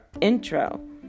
intro